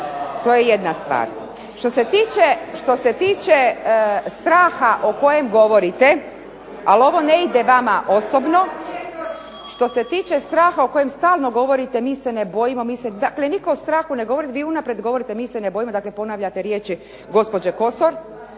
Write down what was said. da je i njoj bilo isto tako zadovoljstvo raditi s vama. To je jedna stvar. Što se tiče straha o kojem stalno govorite, mi se ne bojimo, dakle nitko o strahu ne govori, vi unaprijed govorite mi se ne bojimo, dakle ponavljate riječi gospođo Kosor,